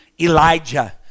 Elijah